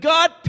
God